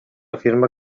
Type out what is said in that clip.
afirma